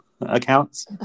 accounts